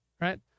right